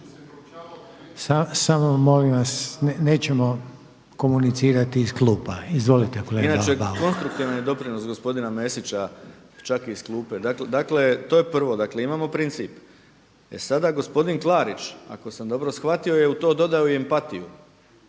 Samo molim vas nećemo komunicirati iz klupa. Izvolite kolega./… Inače konstruktivan je doprinos gospodina Mesića čak i iz klupe. Dakle, to je prvo. Dakle, imamo princip. E sada gospodin Klarić ako sam dobro shvatio je u to dodao i empatiju.